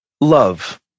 Love